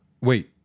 Wait